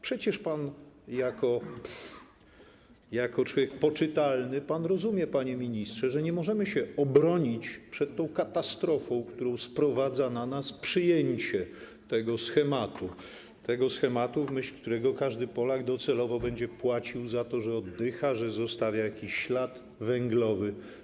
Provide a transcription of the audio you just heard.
Przecież jako człowiek poczytalny pan rozumie, panie ministrze, że nie możemy się obronić przed katastrofą, którą sprowadza na nas przyjęcie schematu, w myśl którego każdy Polak docelowo będzie płacił za to, że oddycha, że zostawia jakiś ślad węglowy.